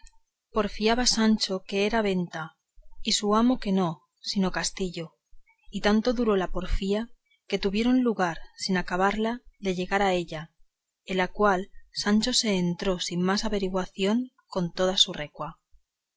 porfiaba sancho que era venta y su amo que no sino castillo y tanto duró la porfía que tuvieron lugar sin acabarla de llegar a ella en la cual sancho se entró sin más averiguación con toda su recua